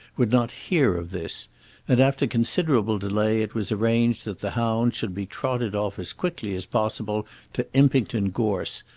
would not hear of this and after considerable delay it was arranged that the hounds should be trotted off as quickly as possible to impington gorse,